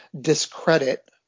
discredit